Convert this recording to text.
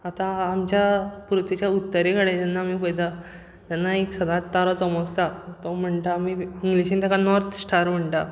आतां आमच्या पृथ्वीच्या उत्तरे कडेन जेन्ना आमी पयता तेन्ना सदांच एक तारो चमकता तो म्हणटा इंग्लीशीन ताका नॉर्थ स्टार म्हणटात